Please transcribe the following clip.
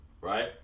Right